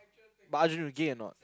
but Arjun you gay or not